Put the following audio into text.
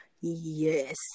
Yes